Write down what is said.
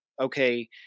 okay